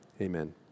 amen